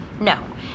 No